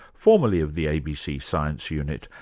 formerly of the abc science unit,